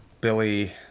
Billy